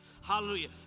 hallelujah